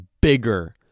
bigger